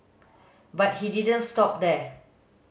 but he didn't stop there